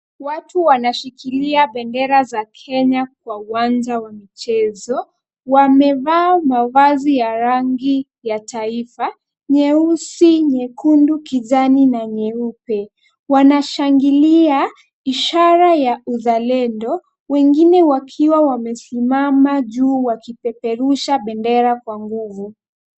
Watu wanashikilia bendera za Kenya kwa uwanja wa michezo. Wamevaa mavazi ya rangi ya taifa, nyeusi, nyekundu, kijani na nyeupe. Wanashangilia, ishara ya uzalendo, wengine wakiwa wamesimama juu wa kipeperusha bendera kwa nguvu.